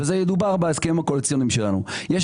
וזה ידובר בהסכמים הקואליציוניים שלנו יש